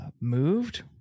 Moved